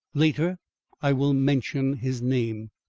later i will mention his name.